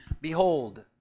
behold